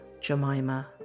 Jemima